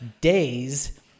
days